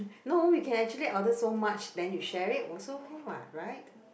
no we can actually order so much then you share it also can what right